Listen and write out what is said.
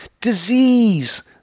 disease